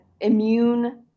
immune